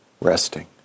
resting